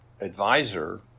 advisor